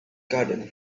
garden